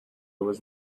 was